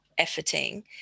efforting